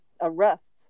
arrests